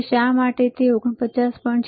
હવે શા માટે તે 49